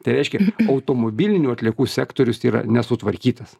tai reiškia automobilinių atliekų sektorius yra nesutvarkytas